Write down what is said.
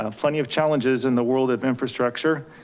um plenty of challenges in the world of infrastructure.